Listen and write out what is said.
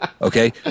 Okay